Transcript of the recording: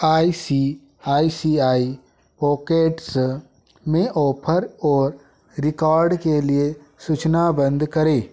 I C I C I pockets में offer और record के लिए सूचना बंद करें